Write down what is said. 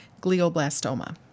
glioblastoma